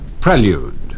Prelude